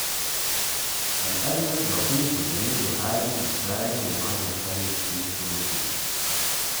الارنب لطيف و جميل و هادي و مسالم و ما بيخرب شي كلو كلو